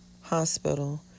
hospital